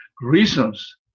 reasons